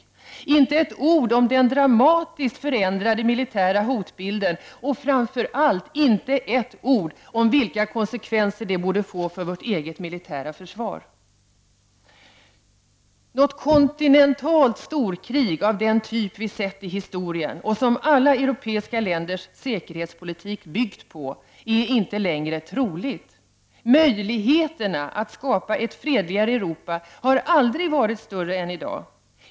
Inte ett ord om den dramatiskt förändrade mi litära hotbilden och, framför allt, inte ett ord om vilka konsekvenser det borde få för vårt eget militära försvar. Något kontinentalt storkrig, av den typ vi sett i historien, och som alla europeiska länders säkerhetspolitik byggt på, är inte längre troligt. Möjligheterna att skapa ett fredligare Europa har aldrig varit större än i dag.